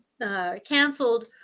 canceled